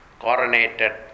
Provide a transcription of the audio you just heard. coronated